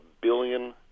billion